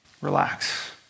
relax